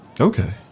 Okay